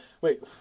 Wait